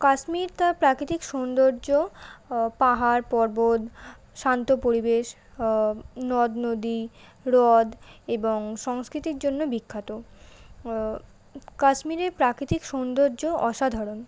কাশ্মীর তার প্রাকৃতিক সৌন্দর্য পাহাড় পর্বত শান্ত পরিবেশ নদ নদী হ্রদ এবং সংস্কৃতির জন্য বিখ্যাত কাশ্মীরের প্রাকৃতিক সৌন্দর্য অসাধারণ